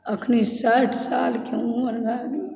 अखन साठि सालके उमर भए गेल